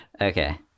okay